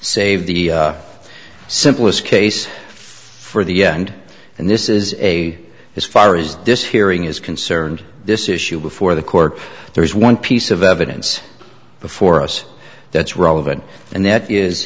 save the simplest case for the end and this is a as far as disfiguring is concerned this issue before the court there is one piece of evidence before us that's relevant and that is